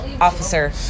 officer